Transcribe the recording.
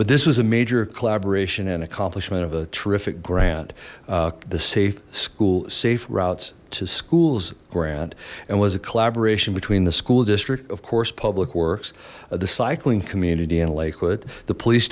but this was a major collaboration and accomplishment of a terrific grant the safe school safe routes to schools grant and was a collaboration between the school district of course public works the cycling community in lakewood the police